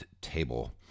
Table